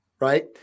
right